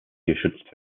geschützt